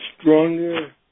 stronger